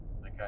okay